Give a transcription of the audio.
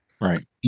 right